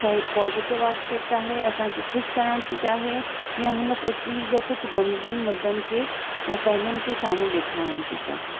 चाहे positive aspect आहे असांखे ख़ुशि करणु थी चाहे या हुन तस्वीर जा कुझु गमगीन मुद्दनि खे या पहलुनि खे साम्हूं ॾेखारणु थी चाहे